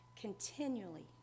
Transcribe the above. continually